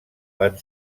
van